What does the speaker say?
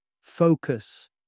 Focus